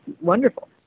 wonderful